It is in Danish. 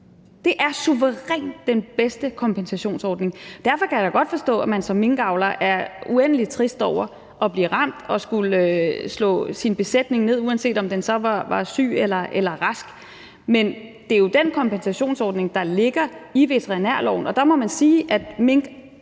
Det er suverænt den bedste kompensationsordning. Men derfor kan jeg da godt forstå, at man som minkavler er uendelig trist over at blive ramt og skulle slå sin besætning ned, uanset om den så var syg eller rask. Men det er jo den kompensationsordning, der ligger i veterinærloven, der gælder, og der må man sige, at